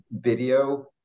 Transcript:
video